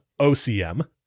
OCM